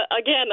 Again